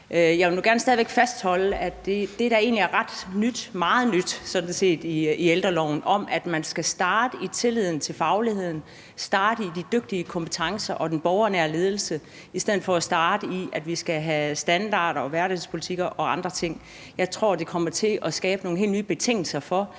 Jeg vil nu gerne stadig væk fastholde, at det, der egentlig er ret nyt, meget nyt sådan set, i ældreloven, er, at man skal starte med tilliden til fagligheden, starte med de dygtige kompetencer og den borgernære ledelse, i stedet for starte med, at vi skal have standarder og hverdagspolitikker og andre ting. Jeg tror, det kommer til at skabe nogle helt nye betingelser for,